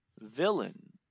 villain